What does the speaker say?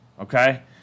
Okay